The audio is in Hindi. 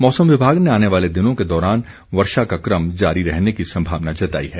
मौसम विभाग ने आने वाले दिनों के दौरान वर्षा का क्रम जारी रहने की संभावना जताई है